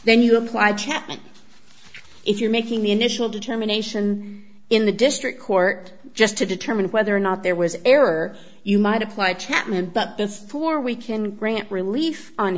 then you apply chapman if you're making the initial determination in the district court just to determine whether or not there was error you might apply chapman but before we can grant relief on